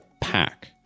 pack